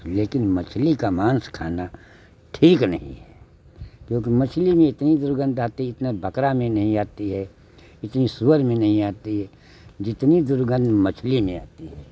लेकिन मछली का माँस खाना ठीक नहीं है क्योंकि मछली में इतनी दुर्गंध आती है इतना बकरा में नहीं आती है इतनी सूअर में नहीं आती है जितनी दुर्गंध मछली में आती है